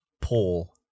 Paul